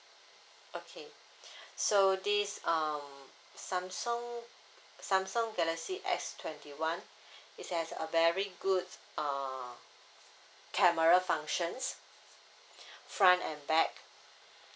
okay so this um Samsung Samsung galaxy S twenty one it has a very good err camera functions front and back